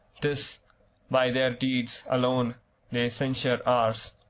tis by their deeds alone they censure ours.